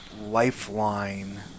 lifeline